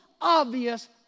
obvious